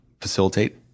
facilitate